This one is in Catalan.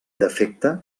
defecte